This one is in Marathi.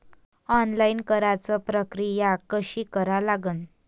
ऑनलाईन कराच प्रक्रिया कशी करा लागन?